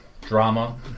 Drama